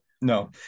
No